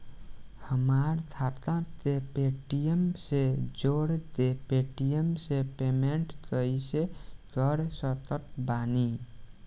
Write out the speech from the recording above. हमार खाता के पेटीएम से जोड़ के पेटीएम से पेमेंट कइसे कर सकत बानी?